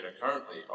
currently